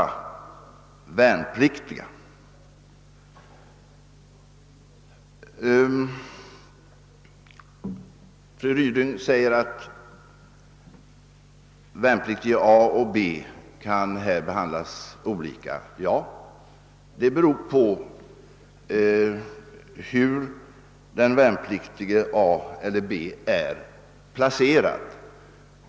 Fru Ryding sade att värnpliktige A och värnpliktige B i sådana fall kan komma att behandlas olika. Ja, det beror på hur värnpliktige A och värnpliktige B är placerade.